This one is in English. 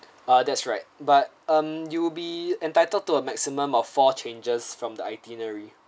ah that's right but um you'll be entitled to a maximum of four changes from the itinerary